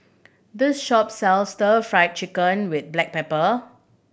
this shop sells Stir Fried Chicken with black pepper